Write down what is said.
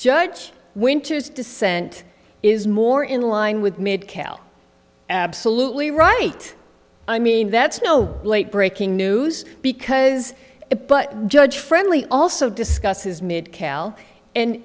judge winter's dissent is more in line with made kael absolutely right i mean that's no late breaking news because it but judge friendly also discusses mitt cal